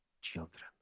children